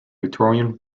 victorian